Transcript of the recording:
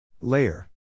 Layer